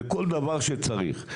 לכל דבר שצריך.